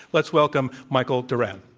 let's welcome michael doran.